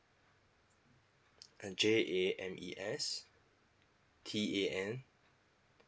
and J A M E S T A N